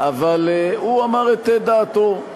אבל הוא אמר את דעתו.